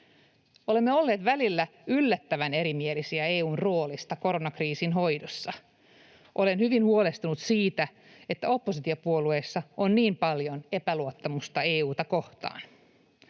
Olemme olleet välillä yllättävän erimielisiä EU:n roolista koronakriisin hoidossa. Olen hyvin huolestunut siitä, että oppositiopuolueissa on niin paljon epäluottamusta EU:ta kohtaan.